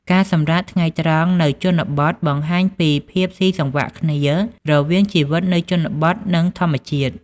ការសម្រាកថ្ងៃត្រង់នៅជនបទបង្ហាញពីភាពសុីសង្វាក់គ្នារវាងជីវិតនៅជនបទ និងធម្មជាតិ។